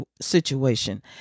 situation